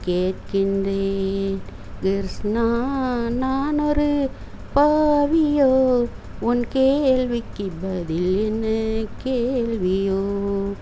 கேட்கின்றேன் கிருஷ்ணா நான் ஒரு பாவியோ உன் கேள்விக்கு பதில் என்ன கேள்வியோ